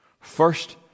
First